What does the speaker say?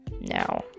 now